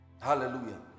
Hallelujah